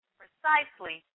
precisely